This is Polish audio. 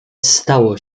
stało